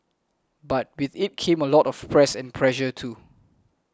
but with it came a lot of press and pressure too